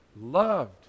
loved